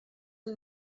amb